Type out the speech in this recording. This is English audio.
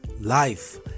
Life